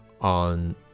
on